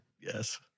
Yes